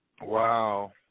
Wow